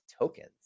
tokens